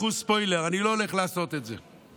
קחו ספוילר: אני לא הולך לעשות את זה.